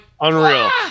unreal